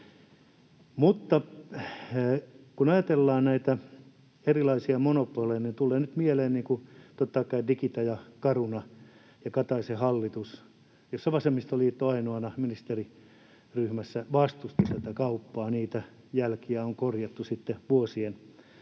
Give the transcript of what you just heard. Mutta kun ajatellaan näitä erilaisia monopoleja, niin tulee nyt mieleen totta kai Digita ja Caruna ja Kataisen hallitus, jossa vasemmistoliitto ainoana ministeriryhmässä vastusti tätä kauppaa. Niitä jälkiä on korjattu sitten vuosien varrella.